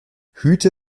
hüte